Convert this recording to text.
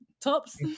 tops